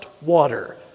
water